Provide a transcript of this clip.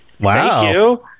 Wow